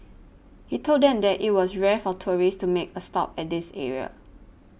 he told them that it was rare for tourists to make a stop at this area